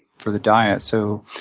for the diet. so,